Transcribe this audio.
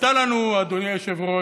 הייתה לנו, אדוני היושב-ראש,